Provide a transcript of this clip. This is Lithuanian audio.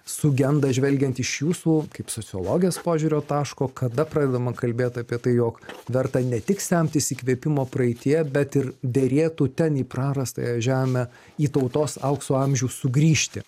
sugenda žvelgiant iš jūsų kaip sociologės požiūrio taško kada pradedama kalbėt apie tai jog verta ne tik semtis įkvėpimo praeityje bet ir derėtų ten į prarastąją žemę į tautos aukso amžių sugrįžti